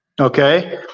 okay